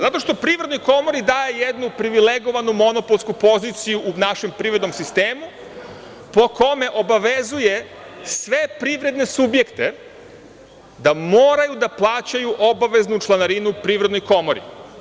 Zato što Privrednoj komori daje jednu privilegovanu monopolsku poziciju u našem privrednom sistemu po kome obavezuje sve privredne subjekte da moraju da plaćaju obaveznu članarinu Privrednoj komori.